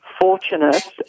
fortunate